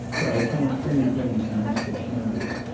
for i count many friends amongst its members.